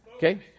Okay